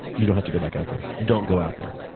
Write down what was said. you don't have to go back out there. don't go out there.